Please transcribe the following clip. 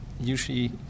usually